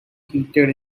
heated